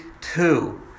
two